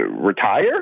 retire